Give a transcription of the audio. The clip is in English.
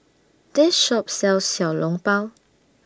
This Shop sells Xiao Long Bao